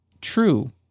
true